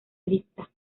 lista